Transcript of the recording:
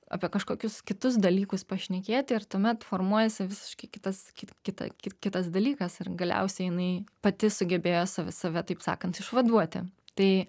apie kažkokius kitus dalykus pašnekėti ir tuomet formuojasi visiškai kitas kit kita kitas dalykas ir galiausiai jinai pati sugebėjo save save taip sakant išvaduoti tai